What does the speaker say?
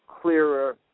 clearer